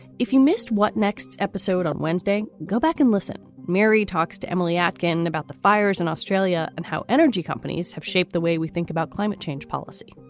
if you missed what, next episode on wednesday, go back and listen. mary talks to emily atkin about the fires in australia and how energy companies have shaped the way we think about climate change policy.